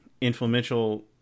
influential